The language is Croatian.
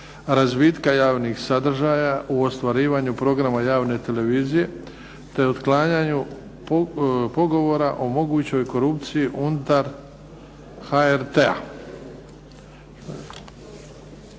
razvitka javnih sadržaja u ostvarivanju programa javne televizije, te otklanjanju pogovora o mogućoj korupciji unutar HRT-a